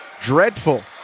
dreadful